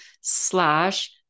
slash